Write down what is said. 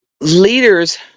leaders